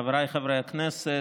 חבריי חברי הכנסת,